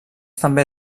també